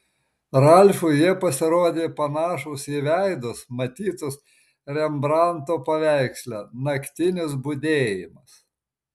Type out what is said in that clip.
ralfui jie pasirodė panašūs į veidus matytus rembranto paveiksle naktinis budėjimas